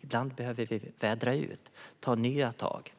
Ibland behöver vi vädra ut och ta nya tag.